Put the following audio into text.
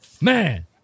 man